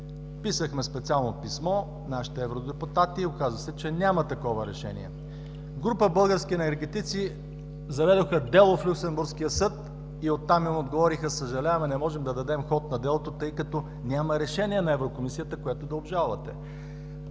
Писахме специално писмо с нашите евродепутати. Оказа се, че няма такова решение. Група български информатици заведоха дело в Люксембургския съд и оттам им отговориха: „Съжаляваме, не можем да дадем ход на делото, тъй като няма решение на Еврокомисията, което да обжалвате“.